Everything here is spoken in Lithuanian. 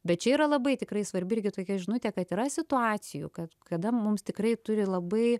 bet čia yra labai tikrai svarbi irgi tokia žinutė kad yra situacijų kad kada mums tikrai turi labai